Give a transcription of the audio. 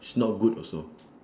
is not good also